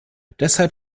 deshalb